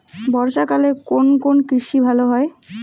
বর্ষা কালে কোন কোন কৃষি ভালো হয়?